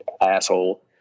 asshole